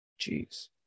Jeez